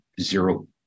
zero